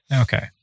Okay